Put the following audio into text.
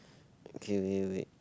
okay wait wait